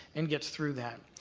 and gets through that.